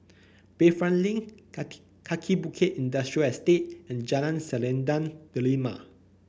Bayfront Link Kaki Bukit Industrial Estate and Jalan Selendang Delima